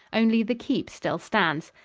only the keep still stands.